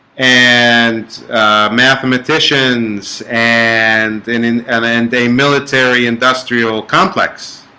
and mathematicians and and and and and a military industrial complex